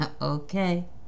Okay